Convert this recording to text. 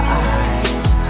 eyes